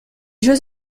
jeux